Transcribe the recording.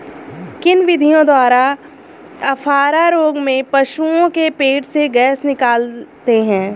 किन विधियों द्वारा अफारा रोग में पशुओं के पेट से गैस निकालते हैं?